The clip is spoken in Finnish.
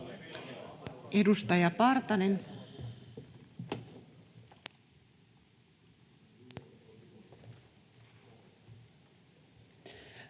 Edustaja Partanen.